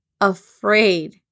afraid